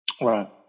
Right